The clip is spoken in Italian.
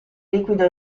liquido